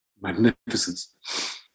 magnificence